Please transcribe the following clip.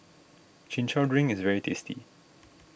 Chin Chow Drink is very tasty